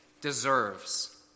deserves